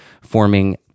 forming